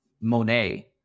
monet